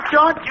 John